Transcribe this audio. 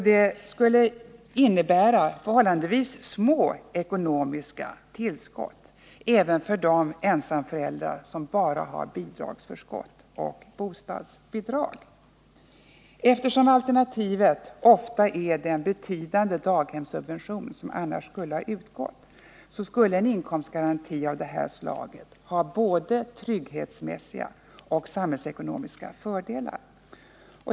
Det skulle innebära förhållandevis små ekonomiska tillskott även för de ensamföräldrar som bara har bidragsförskott och bostadsbidrag. Eftersom alternativet ofta är den betydande daghemssubvention som måste göras, skulle en inkomstgaranti av detta slag både trygghetsmässigt och samhällsekonomiskt ha fördelar.